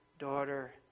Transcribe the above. daughter